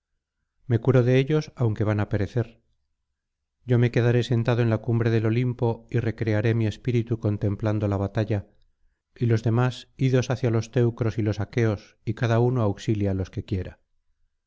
me curo de ellos aunque van á perecer yo me quedaré sentado en la cumbre del olimpo y recrearé mi espíritu contemplando la batalla y los demás idos hacia los teucros y los aqueos y cada uno auxilie á los que quiera